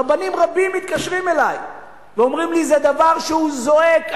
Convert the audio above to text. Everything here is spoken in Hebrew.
רבנים רבים מתקשרים אלי ואומרים לי: זה דבר שהוא זועק,